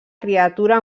criatura